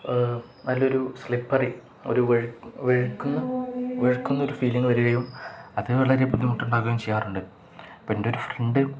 നല്ലൊരു സ്ലിപ്പറി ഒരു വഴുക്കുന്ന വഴുക്കുന്ന ഒരു ഫീലിങ് വരുകയും അതു വളരെ ബുദ്ധിമുട്ടുണ്ടാകുകയും ചെയ്യാറുണ്ട് ഇപ്പോള് എൻ്റൊരു ഫ്രണ്ട്